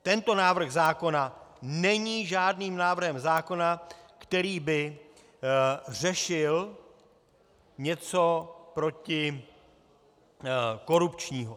Tento návrh zákona není žádným návrhem zákona, který by řešil něco protikorupčního.